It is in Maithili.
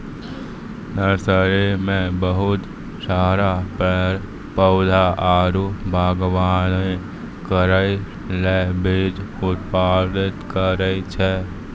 नर्सरी मे बहुत सारा पेड़ पौधा आरु वागवानी करै ले बीज उत्पादित करै छै